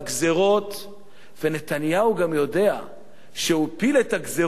ונתניהו גם יודע שהוא הפיל את הגזירות עכשיו על הציבור,